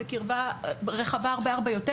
זה קרבה רחבה הרבה יותר,